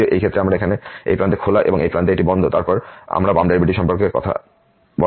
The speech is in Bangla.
যদিও এই ক্ষেত্রে আমরা এখানে এই প্রান্তে খোলা এবং এই প্রান্তে এটি বন্ধ তারপর আমরা বাম ডেরিভেটিভ সম্পর্কে কথা বলা হয়